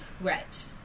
Right